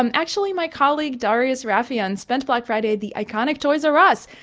um actually, my colleague darius rafieyan spent black friday the iconic toys r us.